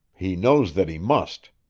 he knows that he must.